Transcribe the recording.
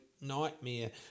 nightmare